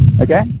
okay